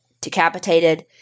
decapitated